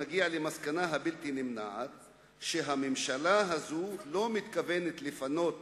נגיע למסקנה הבלתי-נמנעת שהממשלה הזאת לא מתכוונת לפנות